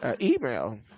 email